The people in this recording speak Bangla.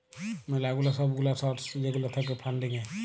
ম্যালা গুলা সব গুলা সর্স যেগুলা থাক্যে ফান্ডিং এ